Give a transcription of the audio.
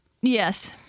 Yes